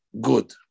good